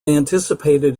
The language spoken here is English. anticipated